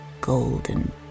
golden